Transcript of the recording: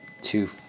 Two